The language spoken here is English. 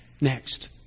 next